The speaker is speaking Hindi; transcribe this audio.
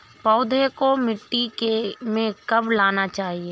पौधें को मिट्टी में कब लगाना चाहिए?